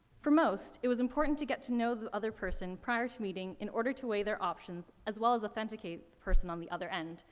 for most, it was important to get to know the other person prior to meeting in order to weigh their options, as well as authenticate the person on the other end.